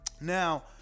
Now